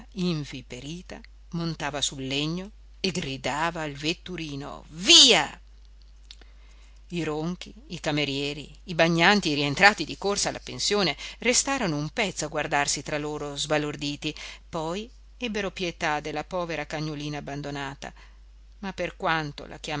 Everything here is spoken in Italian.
padrona inviperita montava sul legno e gridava al vetturino via il ronchi i camerieri i bagnanti rientrati di corsa alla pensione restarono un pezzo a guardarsi tra loro sbalorditi poi ebbero pietà della povera cagnolina abbandonata ma per quanto la